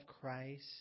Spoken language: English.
Christ